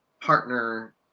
partner